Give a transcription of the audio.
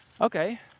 Okay